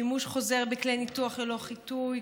שימוש חוזר בכלי ניתוח ללא חיטוי,